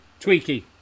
Tweaky